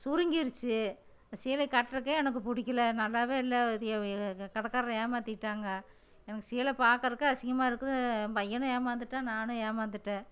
சுருங்கிடுச்சி அந்த சேலை கட்டுறதுக்கே எனக்கு பிடிக்கில நல்லாவே இல்லை கடைக்காரர் ஏமாற்றிட்டாங்க எனக்கு சேலை பார்க்கறதுக்கே அசிங்கமாக இருக்குது என் பையனும் ஏமாந்துட்டான் நானும் ஏமாந்துட்டேன்